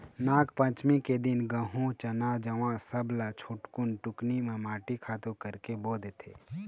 नागपंचमी के दिन गहूँ, चना, जवां सब ल छोटकुन टुकनी म माटी खातू करके बो देथे